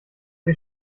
wir